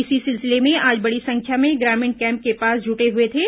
इसी सिलसिले में आज बड़ी संख्या में ग्रामीण कैम्प के पास जुटे हुए थे